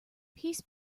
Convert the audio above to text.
peace